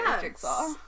Jigsaw